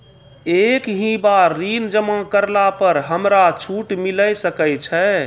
एक ही बार ऋण जमा करला पर हमरा छूट मिले सकय छै?